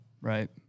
Right